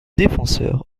défenseur